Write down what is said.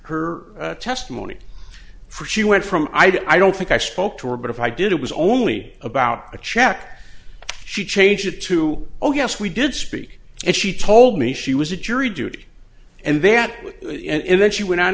her testimony for she went from i don't think i spoke to her but if i did it was only about a check she changed it to oh yes we did speak and she told me she was a jury duty and they had it and then she went on